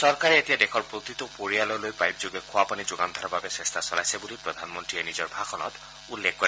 চৰকাৰে এতিয়া দেশৰ প্ৰতিটো পৰিয়াললৈ পাইপযোগে খোৱাপানী যোগান ধৰাৰ বাবে চেষ্টা চলাইছে বুলি প্ৰধানমন্ত্ৰী নিজৰ ভাষণত উল্লেখ কৰে